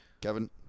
kevin